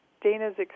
Dana's